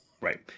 Right